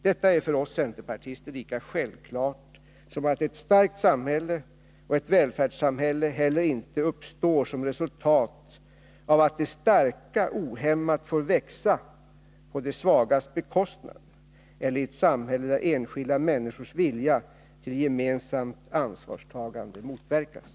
Detta är för oss centerpartister lika s ett starkt samhälle och ett vä vklart som att färdssamhälle heller inte uppstår som resultat av att de starka ohämmat får växa på de svagas bekostnad eller i ett samhälle där enskilda människors vilja till gemensamt ansvarstagande motverkas.